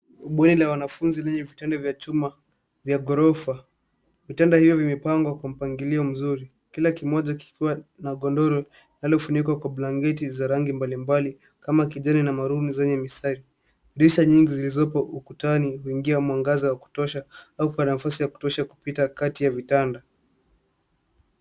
Bweni la wanafunzi lenye vitanda vya chuma, vya gorofa. Vitanda hivyo vimipangwa kwa mpangilio mzuri. Kila kimoja kikuwa na godoro yaliofunikwa kwa blanketi za rangi mbalimbali kama kijani na maruni zenye mistari. Dirisha nyingi zilizopo ukutani, huingia mwangaza wa kutosha au kwa nafasi ya kutosha kupita kati ya vitanda.